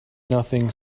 nothing